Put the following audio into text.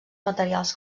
materials